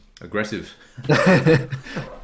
aggressive